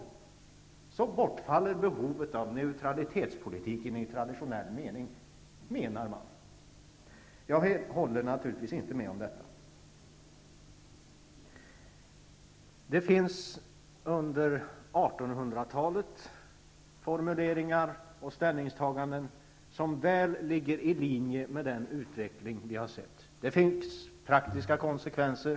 I och med detta bortfaller behovet av neutralitetspolitiken i traditionell mening, anser man. Vi håller naturligtvis inte med om detta. Under 1800-talet gjordes formuleringar och ställningstaganden som väl ligger i linje med den utveckling vi har sett. Det fick praktiska konsekvenser.